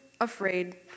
afraid